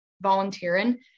volunteering